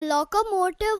locomotive